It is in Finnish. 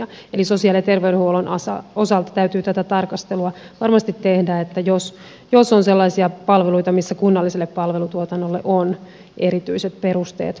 eli sosiaali ja terveydenhuollon osalta täytyy tätä tarkastelua varmasti tehdä että onko sellaisia palveluita missä kunnalliselle palvelutuotannolle on erityiset perusteet olemassa